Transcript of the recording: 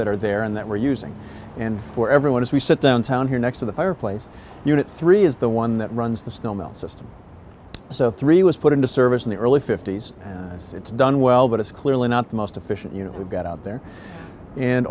that are there and that we're using and for everyone as we said downtown here next to the fireplace unit three is the one that runs the snail mail system so three was put into service in the early fifty's and it's done well but it's clearly not the most efficient you know we've got out there and